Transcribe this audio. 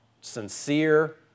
sincere